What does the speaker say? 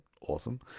awesome